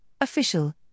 official